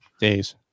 Days